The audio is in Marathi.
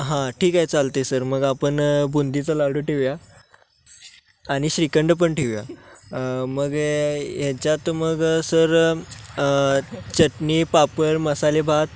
हां ठीक आहे चालते सर मग आपण बुंदीचा लाडू ठेवूया आणि श्रीखंड पण ठेवूया मग याच्यात मग सर चटणी पापड मसाले भात